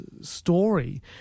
story